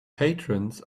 patrons